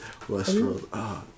Westworld